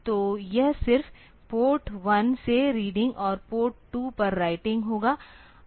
तो यह सिर्फ पोर्ट 1 से रीडिंग और पोर्ट 2 पर रइटिंग होगा